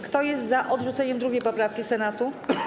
Kto jest za odrzuceniem 2. poprawki Senatu?